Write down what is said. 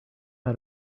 how